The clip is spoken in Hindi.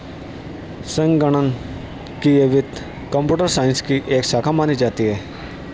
संगणकीय वित्त कम्प्यूटर साइंस की एक शाखा मानी जाती है